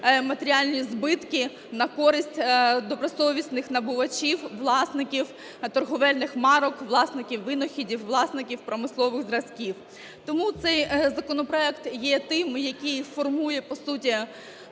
матеріальні збитки на користь добросовісних набувачів, власників торгівельних марок, власників винаходів, власників промислових зразків. Тому цей законопроект є тим, який формує по суті